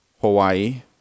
Hawaii